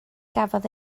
gafodd